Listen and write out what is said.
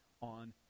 on